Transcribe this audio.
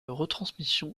retransmission